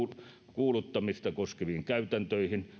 kuuluttamista koskeviin käytäntöihin